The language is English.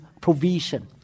provision